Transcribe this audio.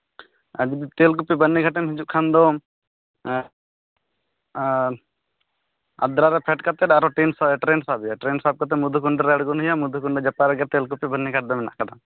ᱟᱨ ᱡᱩᱫᱤ ᱛᱮᱹᱞᱠᱩᱯᱤ ᱵᱟᱹᱨᱱᱤᱜᱷᱟᱴᱮᱢ ᱦᱤᱡᱩᱜ ᱠᱷᱟᱱ ᱫᱚ ᱟᱫᱽᱨᱟ ᱨᱮ ᱯᱷᱮᱰ ᱠᱟᱛᱮᱫ ᱟᱨᱚ ᱴᱨᱮᱹᱱ ᱥᱟᱵ ᱦᱩᱭᱩᱜᱼᱟ ᱴᱨᱮᱹᱱ ᱥᱟᱵ ᱠᱟᱛᱮᱫ ᱢᱚᱫᱷᱩᱠᱩᱱᱰᱟ ᱨᱮ ᱟᱬᱜᱚᱱ ᱦᱩᱭᱩᱜᱼᱟ ᱢᱚᱫᱷᱩᱠᱩᱱᱰᱟ ᱡᱟᱯᱟᱜ ᱨᱮᱜᱮ ᱛᱮᱹᱞᱠᱩᱯᱤ ᱵᱟᱹᱨᱱᱤᱜᱷᱟᱴ ᱫᱚ ᱢᱮᱱᱟᱜ ᱠᱟᱫᱟ